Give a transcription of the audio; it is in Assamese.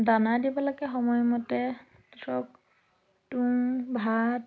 দানা দিব লাগে সময়মতে ধৰক তুঁহ ভাত